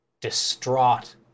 distraught